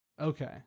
Okay